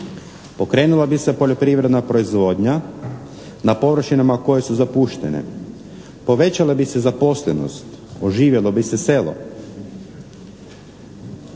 pokrenula bi se poljoprivredna proizvodnja na površinama koje su zapuštene, povećala bi se zaposlenost, oživjelo bi se selo.